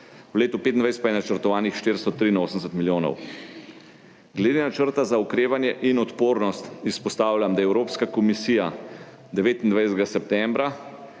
v letu 2025 pa je načrtovanih 483 milijonov. Glede Načrta za okrevanje in odpornost izpostavljam, da je Evropska komisija 29. septembra,